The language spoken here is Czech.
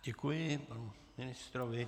Děkuji panu ministrovi.